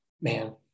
man